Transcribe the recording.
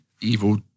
evil